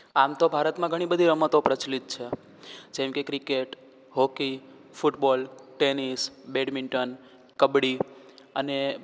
આમ તો ભારતમાં ઘણી બધી રમતો પ્રચલિત છે જેમકે cricket hockey football tennis badminton kabaddi અને